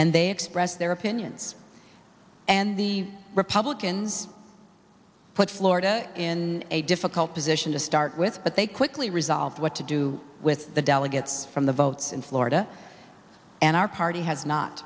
and they expressed their opinions and the republicans put florida in a difficult position to start with but they quickly resolved what to do with the delegates from the votes in florida and our party has not